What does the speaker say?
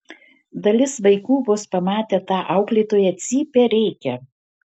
dalis vaikų vos pamatę tą auklėtoją cypia rėkia